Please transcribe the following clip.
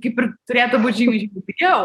kaip ir turėtų būt žymiai žymiai pigiau